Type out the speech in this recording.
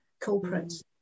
culprits